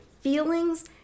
feelings